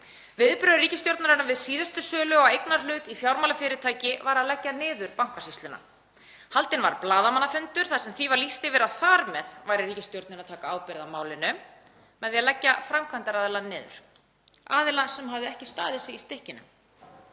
Viðbrögð ríkisstjórnarinnar við síðustu sölu á eignarhlut í fjármálafyrirtæki var að leggja niður Bankasýsluna. Haldinn var blaðamannafundur þar sem því var lýst yfir að þar með væri ríkisstjórnin að taka ábyrgð á málinu, með því að leggja framkvæmdaraðilann niður; aðilann sem hafði ekki staðið sig í stykkinu.